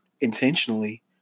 intentionally